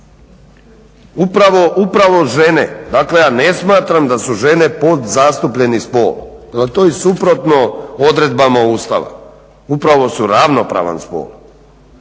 upravo žene. Dakle, ja ne smatram da su žene podzastupljeni spol jer to je i suprotno odredbama Ustava. Upravo su ravnopravan spol.